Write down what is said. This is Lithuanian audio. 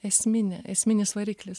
esminė esminis variklis